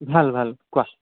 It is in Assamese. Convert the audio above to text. ভাল ভাল কোৱা